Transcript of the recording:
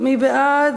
מי בעד